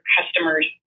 customers